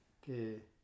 que